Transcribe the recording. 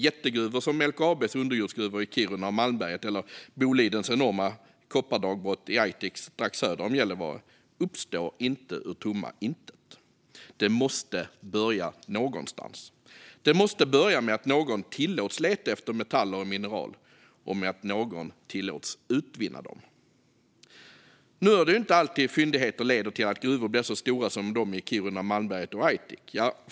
Jättegruvor som LKAB:s underjordsgruvor i Kiruna och Malmberget eller Bolidens enorma koppardagbrott i Aitik strax söder om Gällivare uppstår inte ur tomma intet. De måste börja någonstans. Det måste börja med att någon tillåts leta efter metaller och mineral och med att någon tillåts utvinna dem. Nu är det inte alltid fyndigheter leder till att gruvor blir så stora som de i Kiruna, Malmberget och Aitik.